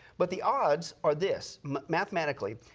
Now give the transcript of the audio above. but, the odds are this, mathematically.